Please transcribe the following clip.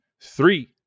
Three